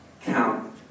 count